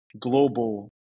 global